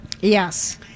yes